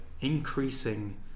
increasing